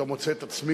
עוברים להצבעה.